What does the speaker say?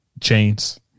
chains